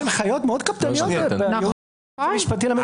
יש הנחיות מאוד קפדניות של הייעוץ המשפטי לממשלה.